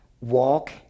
Walk